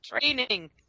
training